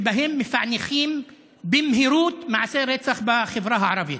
שבהם מפענחים במהירות מעשה רצח בחברה הערבית: